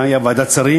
היה גם בוועדת שרים.